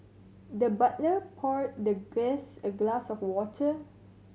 the butler poured the guest a glass of water